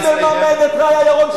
מי מממן את רעיה ירון,